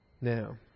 Now